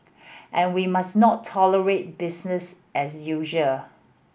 and we must not tolerate business as usual